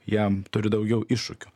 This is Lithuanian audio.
jiem turi daugiau iššūkių